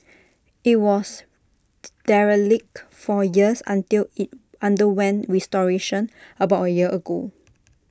IT was derelict for years until IT underwent restoration about A year ago